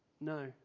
No